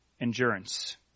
endurance